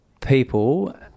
people